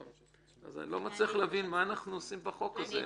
אני לא מצליח להבין מה אנחנו עושים בחוק הזה.